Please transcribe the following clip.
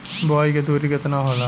बुआई के दुरी केतना होला?